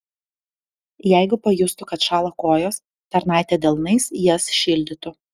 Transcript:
jeigu pajustų kad šąla kojos tarnaitė delnais jas šildytų